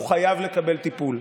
הוא חייב לקבל טיפול.